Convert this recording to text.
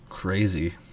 crazy